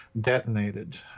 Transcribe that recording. detonated